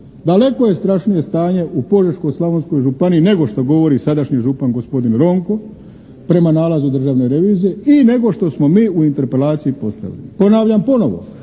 daleko je strašnije stanje u Požeško-slavonskoj županiji nego što govori sadašnji župan, gospodin Ronko, prema nalazu Državne revizije i nego što smo mi u interpelaciji postavili. Ponavljam ponovo,